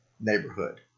neighborhood